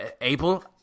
Abel